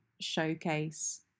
showcase